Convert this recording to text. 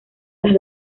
las